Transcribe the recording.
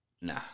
nah